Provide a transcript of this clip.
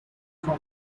from